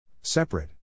Separate